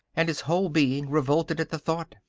and his whole being revolted at the thought.